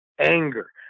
anger